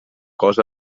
cos